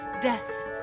death